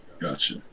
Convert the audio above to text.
gotcha